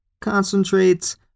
concentrates